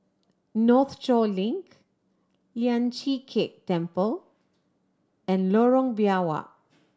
Northshore Link Lian Chee Kek Temple and Lorong Biawak